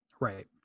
Right